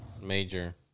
Major